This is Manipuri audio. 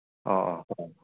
ꯑꯣ ꯑꯣ